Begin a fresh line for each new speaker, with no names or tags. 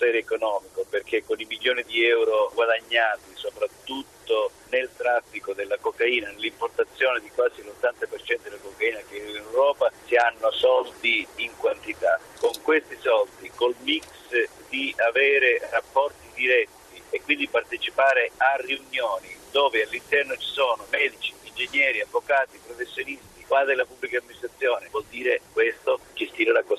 economico, perché con i milioni di euro guadagnati, soprattutto nel traffico della cocaina, nell'importazione di quasi l'80% della cocaina che in Europa, si hanno soldi in quantità. Con questi soldi, col mix di avere rapporti diretti e quindi partecipare a riunioni dove all'interno ci sono medici, ingegneri, avvocati, professionisti, qua della pubblica amministrazione, vuol dire questo, gestire la